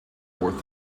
fourth